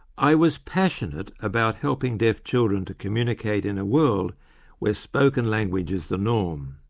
i was passionate about helping deaf children to communicate in a world where spoken language is the norm.